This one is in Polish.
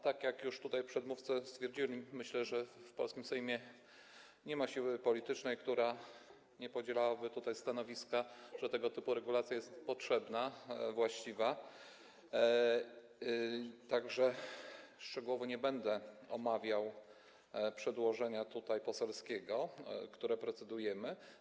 Tak jak już tutaj przedmówcy stwierdzili, myślę, że w polskim Sejmie nie ma siły politycznej, która nie podzielałaby stanowiska, że tego typu regulacja jest potrzebna, właściwa, tak że szczegółowo nie będę omawiał przedłożenia poselskiego, nad którym procedujemy.